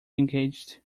engaged